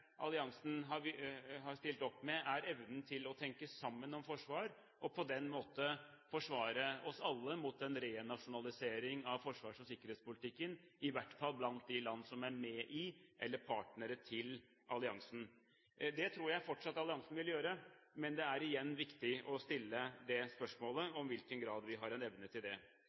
alliansen har stilt opp med, er evnen til å tenke sammen om forsvar og på den måten forsvare oss alle mot en renasjonalisering av forsvars- og sikkerhetspolitikken, i hvert fall blant de land som er med i eller partnere til alliansen. Det tror jeg fortsatt alliansen vil gjøre, men det er igjen viktig å stille spørsmål om i hvilken grad vi har evne til det. Vi har sett en reell reduksjon i alliansens evne til